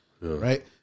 Right